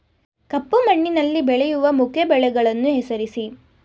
ಕಪ್ಪು ಮಣ್ಣಿನಲ್ಲಿ ಬೆಳೆಯುವ ಮುಖ್ಯ ಬೆಳೆಗಳನ್ನು ಹೆಸರಿಸಿ